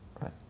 right